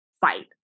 fight